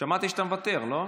שמעתי שאתה מוותר, לא?